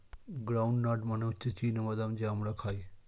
ground nut মানে হচ্ছে চীনা বাদাম যা আমরা খাই